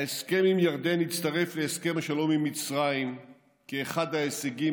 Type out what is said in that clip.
ההסכם עם ירדן הצטרף להסכם השלום עם מצרים כאחד ההישגים